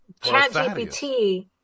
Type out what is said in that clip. ChatGPT